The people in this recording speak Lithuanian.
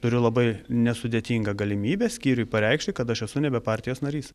turiu labai nesudėtingą galimybę skyriui pareikšti kad aš esu nebe partijos narys